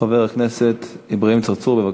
חבר הכנסת אברהים צרצור, בבקשה.